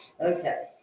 Okay